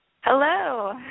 Hello